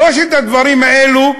שלוש דקות לרשותך,